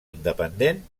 independent